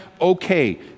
Okay